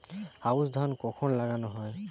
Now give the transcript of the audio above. আউশ ধান কখন লাগানো হয়?